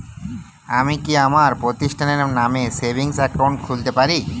আমি কি আমার প্রতিষ্ঠানের নামে সেভিংস একাউন্ট খুলতে পারি?